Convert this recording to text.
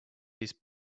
these